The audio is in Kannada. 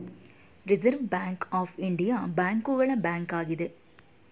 ರಿಸರ್ವ್ ಬ್ಯಾಂಕ್ ಆಫ್ ಇಂಡಿಯಾ ಬ್ಯಾಂಕುಗಳ ಬ್ಯಾಂಕ್ ಆಗಿದೆ